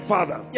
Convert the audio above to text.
Father